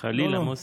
חלילה, מוסי.